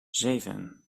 zeven